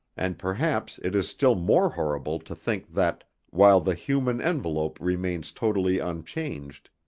and perhaps it is still more horrible to think that, while the human envelope remains totally unchanged,